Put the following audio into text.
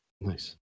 Nice